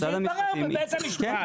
וזה התברר בבית המשפט.